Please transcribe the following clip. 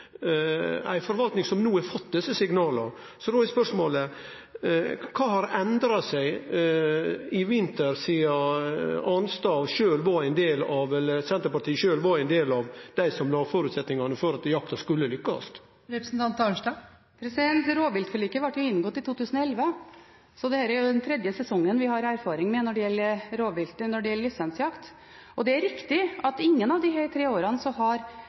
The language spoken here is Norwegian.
ei forvalting som no har fått desse signala. Då er spørsmålet: Kva har endra seg i vinter sidan Senterpartiet sjølv var ein del av dei som la føresetnadene for at jakta skulle lukkast? Rovviltforliket ble inngått i 2011, så dette er den tredje sesongen vi har erfaring når det gjelder lisensjakt. Det er riktig at lisensjakta ikke har vært helt vellykket noen av disse tre